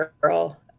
girl